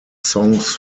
songs